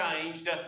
changed